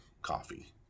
coffee